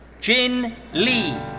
jin lee.